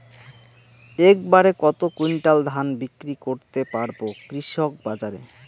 এক বাড়ে কত কুইন্টাল ধান বিক্রি করতে পারবো কৃষক বাজারে?